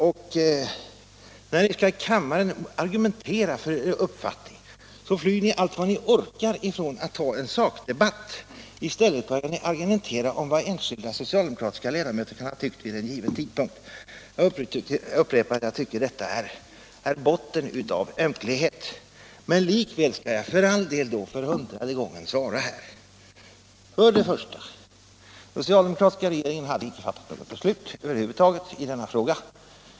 Och när ni i kammaren skall argumentara för er uppfattning flyr ni allt vad ni orkar ifrån att ta en sakdebatt. I stället börjar ni argumentera om vad enskilda socialdemokratiska regeringsledamöter kan ha ansett vid en given tidpunkt. Jag tycker att detta är botten av ömklighet. Men för all del — för hundrade gången skall jag svara här. För det första: Den socialdemokratiska regeringen hade inte fattat något beslut över huvud taget i denna fråga.